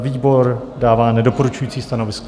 Výbor dává nedoporučující stanovisko.